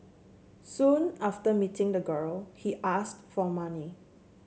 soon after meeting the girl he asked for money